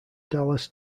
dallas